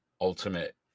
ultimate